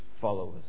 followers